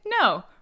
No